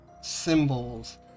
symbols